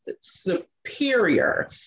superior